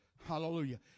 Hallelujah